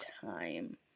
time